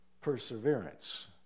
perseverance